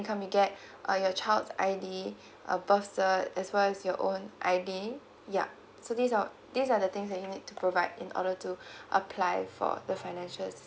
income you get uh your child I D uh birth cert as well as your own I D yeah so these are these are the things that you need to provide in order to apply for the financial assistance